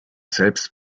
selbst